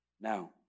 Now